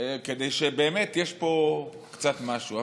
כדי שבאמת, יש פה קצת משהו.